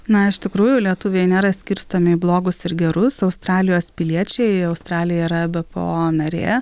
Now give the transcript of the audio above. na iš tikrųjų lietuviai nėra skirstomi į blogus ir gerus australijos piliečiai australija yra bpo narė